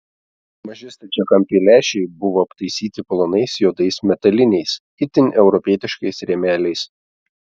maži stačiakampiai lęšiai buvo aptaisyti plonais juodais metaliniais itin europietiškais rėmeliais